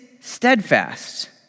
steadfast